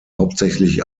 hauptsächlich